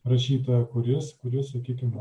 rašytoją kuris kuris sakykim